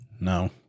No